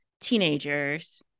teenagers